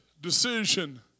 decision